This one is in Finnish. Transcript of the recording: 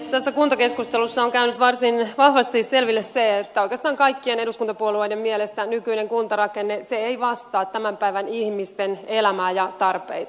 tässä kuntakeskustelussa on käynyt varsin vahvasti selville se että oikeastaan kaikkien eduskuntapuolueiden mielestä nykyinen kuntarakenne ei vastaa tämän päivän ihmisten elämää ja tarpeita